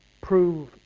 prove